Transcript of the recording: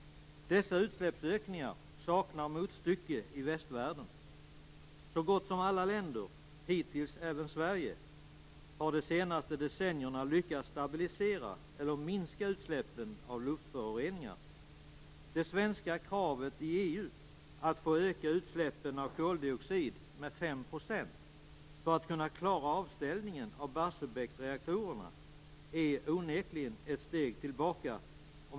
Dessa utsläppsökningar saknar motstycke i västvärlden. Så gott som alla länder, och hittills även Sverige, har de senaste decennierna lyckats stabilisera eller minska utsläppen av luftföroreningar. Det svenska kravet i EU att få öka utsläppen av koldioxid med 5 % för att kunna klara avställningen av Barsebäcksreaktorerna är onekligen ett steg tillbaka.